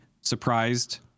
surprised